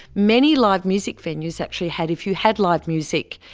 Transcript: many live music venues actually had if you had live music,